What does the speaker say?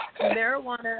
Marijuana